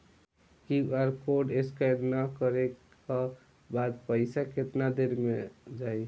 QR code scan न करे क बाद पइसा केतना देर म जाई?